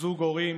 זוג הורים